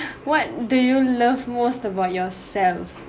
what do you love most about yourself